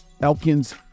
Elkin's